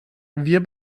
wir